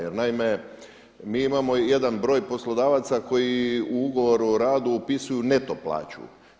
Jer naime mi imamo i jedan broj poslodavaca koji u ugovoru o radu upisuju neto plaću.